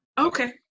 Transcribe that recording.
Okay